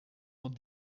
van